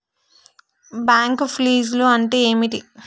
Bank ఫీజ్లు అంటే ఏమిటి?